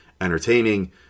entertaining